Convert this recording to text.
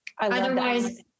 Otherwise